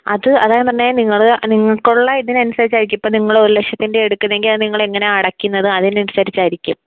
അത് അതാണ് ഞാൻ പറഞ്ഞത് നിങ്ങൾ നിങ്ങൾക്കുള്ള ഇതിന് അനുസരിച്ചായിരിക്കും ഇപ്പം നിങ്ങൾ ഒരു ലക്ഷത്തിൻ്റെ എടുക്കുന്നതെങ്കിൽ അത് നിങ്ങൾ എങ്ങനെ അടയ്ക്കുന്നത് അതിന് അനുസരിച്ചായിരിക്കും